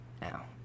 now